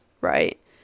right